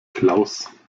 klaus